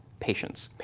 patients.